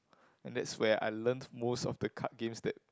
and that's where I learnt most of the card games that